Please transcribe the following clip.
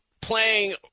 playing